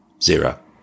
zero